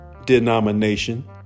denomination